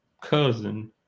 cousin